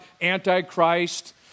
anti-Christ